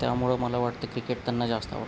त्यामुळं मला वाटतं क्रिकेट त्यांना जास्त आवडतं